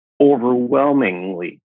overwhelmingly